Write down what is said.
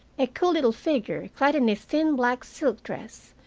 a cool little figure clad in a thin black silk dress,